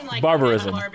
Barbarism